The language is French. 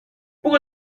pour